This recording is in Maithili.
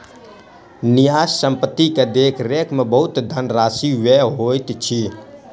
न्यास संपत्ति के देख रेख में बहुत धनराशि व्यय होइत अछि